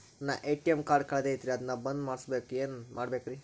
ನನ್ನ ATM card ಕಳದೈತ್ರಿ ಅದನ್ನ ಬಂದ್ ಮಾಡಸಾಕ್ ಏನ್ ಮಾಡ್ಬೇಕ್ರಿ?